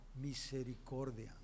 misericordia